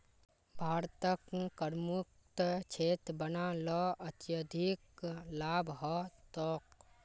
भारतक करमुक्त क्षेत्र बना ल अत्यधिक लाभ ह तोक